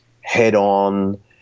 head-on